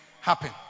happen